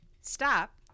stop